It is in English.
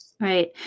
Right